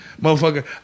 motherfucker